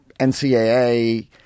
ncaa